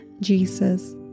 Jesus